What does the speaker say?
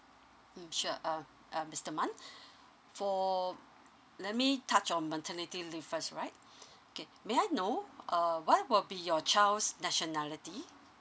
mm sure uh um mister man for let me touch on maternity leave first K may I know uh what will be your child's nationality